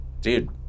dude